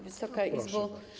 Wysoka Izbo!